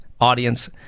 audience